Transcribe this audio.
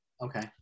Okay